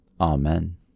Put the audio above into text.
Amen